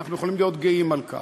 ואנחנו יכולים להיות גאים על כך.